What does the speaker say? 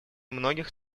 многих